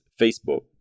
Facebook